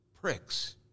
pricks